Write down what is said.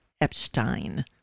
Epstein